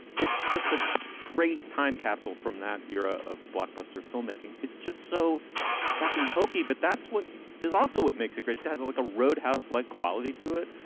it's just a great time capsule from that era of blockbuster filmmaking. it's just so fucking hokey. but that's what is also what makes it great. guys like a roadhouse like quality to it.